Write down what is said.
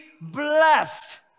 blessed